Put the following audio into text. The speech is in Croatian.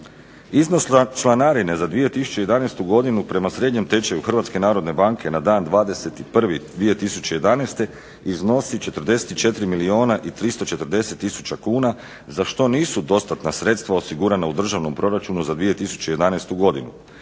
Iznos članarine za 2011. godinu prema srednjem tečaju Hrvatske narodne banke na dan 20.1.2011. iznosi 44 milijuna i 340 tisuća kuna za što nisu dostatna sredstva osigurana u državnom proračunu za 2011. godinu,